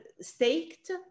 staked